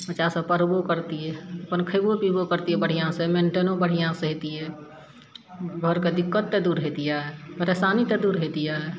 बच्चा सभ पढ़बो करतियै अपन खइबो पीबो करतियै बढ़िआँसँ मैन्टनो बढ़िआँ सँ होइतियै घरके दिक्क्त तऽ दूर हइतियै परेशानी तऽ दूर होइतियै